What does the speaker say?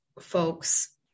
folks